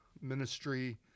ministry